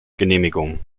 genehmigung